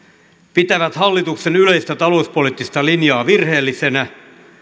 pitävät hallituksen yleistä talouspoliittista linjaa virheellisenä